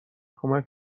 کمک